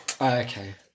Okay